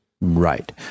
Right